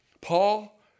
Paul